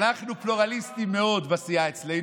אנחנו פלורליסטים מאוד בסיעה אצלנו,